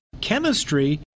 chemistry